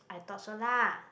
I thought so lah